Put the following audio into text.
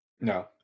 no